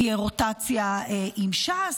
תהיה רוטציה עם ש"ס,